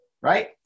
right